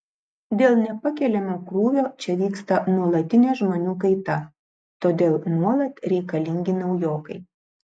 dėl nepakeliamo krūvio čia vyksta nuolatinė žmonių kaita todėl nuolat reikalingi naujokai